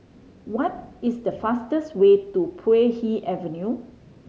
what is the fastest way to Puay Hee Avenue